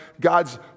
God's